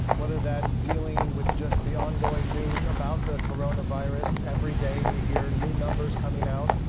whether that's dealing with just the ongoing news about the coronavirus. every day we hear new numbers coming out.